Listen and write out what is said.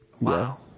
Wow